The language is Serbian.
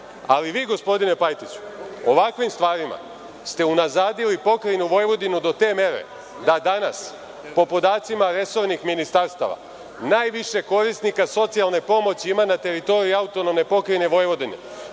ali vi gospodine Pajtiću ovakvim stvarima ste unazadili Pokrajinu Vojvodinu do te mere da danas po podacima resornim ministarstava najviše korisnika socijalne pomoći ima na teritoriji AP Vojvodina,